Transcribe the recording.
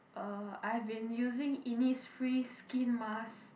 uh I've been using Innisfree skin mask